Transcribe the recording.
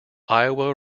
iowa